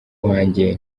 wanjye